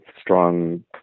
strong